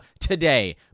today